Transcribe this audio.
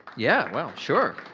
yeah, well, sure.